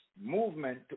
movement